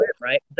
right